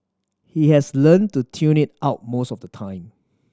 he has learnt to tune it out most of the time